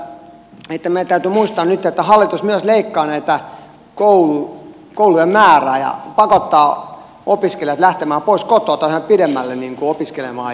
meidän täytyy muistaa nyt että hallitus myös leikkaa koulujen määrää ja pakottaa opiskelijat lähtemään pois kotoa yhä pidemmälle opiskelemaan